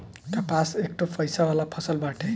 कपास एकठो पइसा वाला फसल बाटे